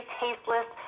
tasteless